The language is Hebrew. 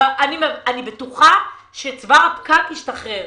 אני בטוחה שצוואר הבקבוק ישתחרר.